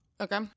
Okay